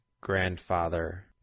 grandfather